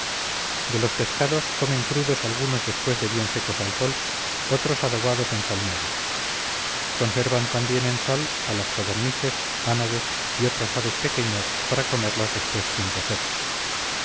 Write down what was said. de los pescados comen crudos algunos después de bien secos al sol otros adobados en salmuera conservan también en sal a las codornices ánades y otras aves pequeñas para comerlas después sin cocer